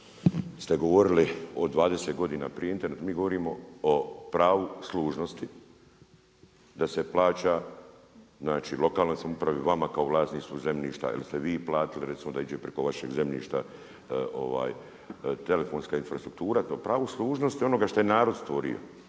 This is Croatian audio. ste govorili o 20 godina prije. Mi govorimo o pravu služnosti, da se plaća znači lokalnoj samoupravi, vama kao vlasniku zemljišta jer ste vi platili recimo da iđe preko vašeg zemljišta telefonska infrastruktura. To pravo služnosti onoga što je narod stvorio.